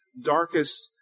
darkest